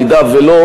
אם לא,